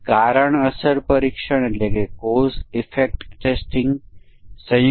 હવે આપણે બે કે ત્રણ ઉદાહરણ જોઈશું